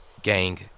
gang